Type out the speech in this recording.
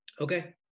Okay